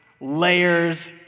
Layers